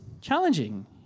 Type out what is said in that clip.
challenging